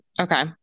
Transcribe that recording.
Okay